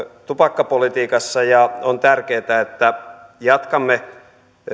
tupakkapolitiikassa ja on tärkeätä että jatkamme